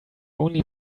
only